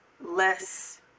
less